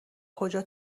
کجا